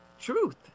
truth